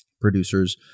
producers